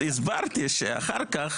אז הסברתי שאחר כך,